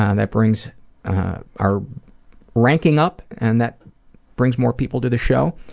and that brings our ranking up and that brings more people to the show.